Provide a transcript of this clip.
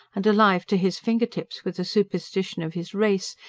and alive to his finger-tips with the superstition of his race,